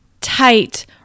tight